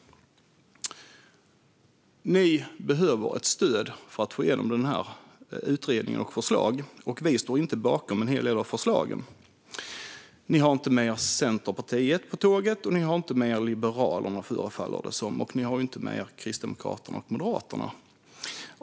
Ni behöver stöd för att få igenom utredningens förslag. Det är en hel del av förslagen som vi inte står bakom. Ni har inte med er Centerpartiet på tåget, och ni har inte med er Liberalerna, förefaller det som. Ni har inte med er Kristdemokraterna och Moderaterna.